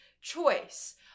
choice